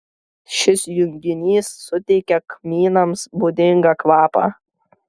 šis junginys suteikia kmynams būdingą kvapą